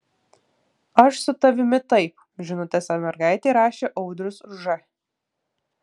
aš su tavimi taip žinutėse mergaitei rašė audrius ž